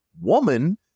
woman